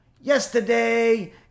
Yesterday